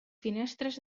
finestres